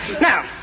Now